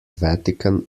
vatican